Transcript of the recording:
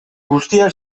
guztia